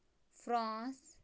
France